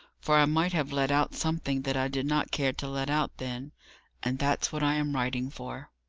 for i might have let out something that i did not care to let out then and that's what i am writing for.